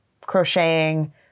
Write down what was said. crocheting